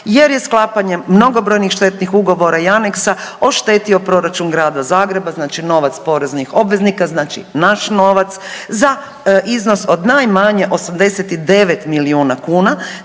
jer je sklapanjem mnogobrojnih štetnih ugovora i aneksa oštetio proračun Grada Zagreba, znači novac poreznih obveznika znači naš novac za iznos od najmanje 89 milijuna kuna